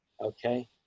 okay